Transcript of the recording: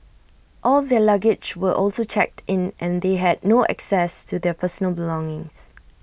all their luggage were also checked in and they had no access to their personal belongings